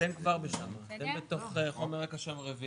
כבכל שנה,